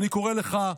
אני קורא לך,